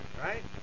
right